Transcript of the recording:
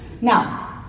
Now